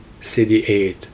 CD8